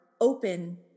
open